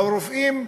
והרופאים,